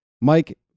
Mike